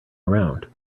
around